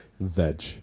veg